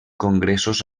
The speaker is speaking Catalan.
congressos